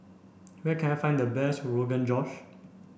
where can I find the best Rogan Josh